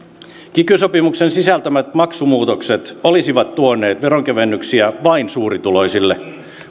kiky sopimuksen sisältämät maksumuutokset olisivat tuoneet veronkevennyksiä vain suurituloisille